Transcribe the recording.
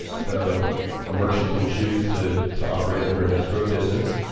so a merchant can choose to to operate under an escrow business,